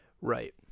Right